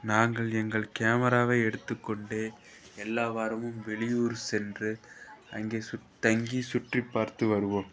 நாங்கள் எங்கள் கேமராவை எடுத்துக்கொண்டே எல்லா வாரமும் வெளியூர் சென்று அங்கே சுத் தங்கி சுற்றி பார்த்து வருவோம்